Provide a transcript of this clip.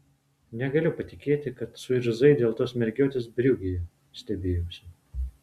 negaliu patikėti kad suirzai dėl tos mergiotės briugėje stebėjausi